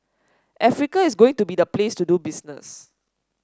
Africa is going to be the place to do business